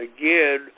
again